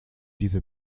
diese